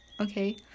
okay